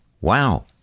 Wow